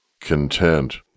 Content